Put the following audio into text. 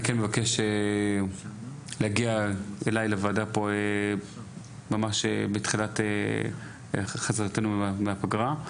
אני כן מבקש להגיע אלי לוועדה פה ממש בתחילת חזרתנו מהפגרה,